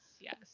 Yes